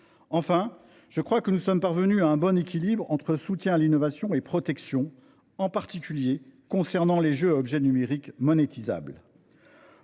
outre, je pense que nous sommes parvenus à un bon équilibre entre soutien à l’innovation et protection, en particulier pour les jeux à objets numériques monétisables.